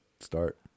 Start